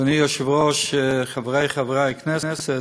אדוני היושב-ראש, חברי חברי הכנסת,